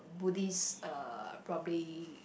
Buddhist uh probably